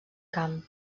camp